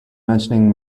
mentioning